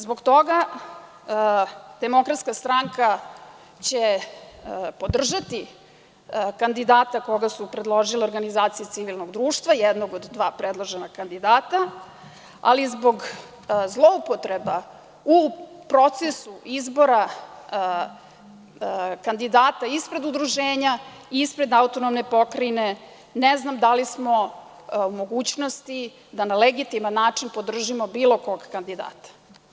Zbog toga DS će podržati kandidata koga su predložile organizacije civilnog društva, jednog od dva predložena, ali zbog zloupotreba u procesu izbora kandidata ispred udruženja, ispred AP, ne znam da li smo u mogućnosti da na legitiman način podržimo bilo kog kandidata.